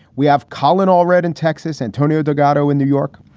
we have colin all red and texas. antonio delgado in new york.